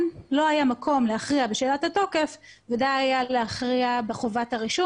לא היה מקום להכריע בשאלת התוקף ודי היה להכריע בחובת הרישום